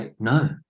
no